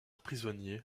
prisonnier